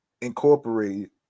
Incorporated